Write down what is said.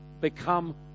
become